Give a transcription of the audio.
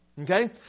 Okay